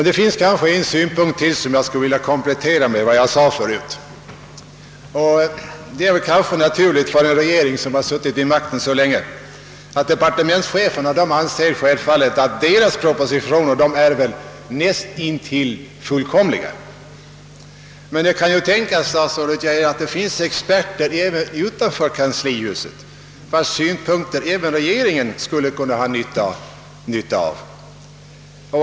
Det finns ytterligare en synpunkt som jag skulle vilja lägga till vad jag tidigare har sagt. För en regering som suttit vid makten så länge är det kanske naturligt att departementscheferna anser att deras propositioner är nästintill det fullkomliga. Men. det kan tänkas, statsrådet Geijer, att det finns experter även utanför kanslihuset, vilkas synpunkter även regeringen skulle ha nytta av.